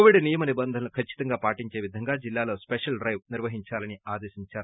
Covid నీయమ నిబంధనలు ఖచ్చితంగా పాటించేలా జిల్లాలో స్పెషల్ డైవ్ నిర్వహించాలని ఆదేశించారు